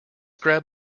grab